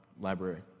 Library